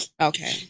Okay